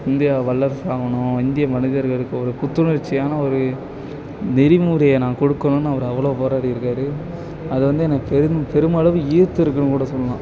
India வல்லரசு ஆகணும் India மனிதர்களுக்கு ஒரு புத்துணர்ச்சியான ஒரு நெறிமுறையை நான் கொடுக்கணுனு அவர் அவ்வளோ போராடிருக்கார் அதை வந்து எனக்கு பெரும் பெருமளவு ஈர்த்துருக்குனு கூட சொல்லலாம்